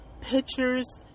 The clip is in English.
pictures